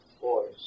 boys